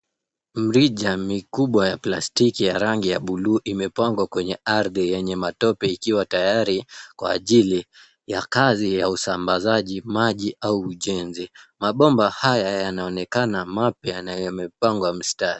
Mirija mikubwa ya plastiki ya rangi ya buluu imepangwa kwenye ardhi yenye matope ikiwa tayari kwa ajili ya kazi ya usambazaji maji au ujenzi. Mabomba haya yanaonekana mapya na yamepangwa mistari.